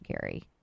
gary